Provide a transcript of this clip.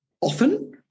often